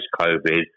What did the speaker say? COVID